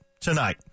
tonight